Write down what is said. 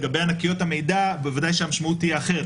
לגבי ענקיות המידע בוודאי שהמשמעות תהיה אחרת,